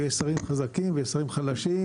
ויש שרים חזקים ויש שרים חלשים,